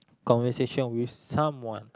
conversation with someone